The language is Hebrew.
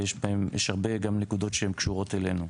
ויש גם הרבה נקודות שקשורות אלינו.